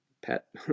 pet